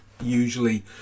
usually